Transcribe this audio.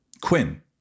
Quinn